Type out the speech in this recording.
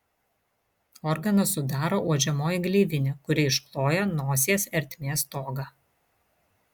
organą sudaro uodžiamoji gleivinė kuri iškloja nosies ertmės stogą